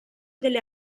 delle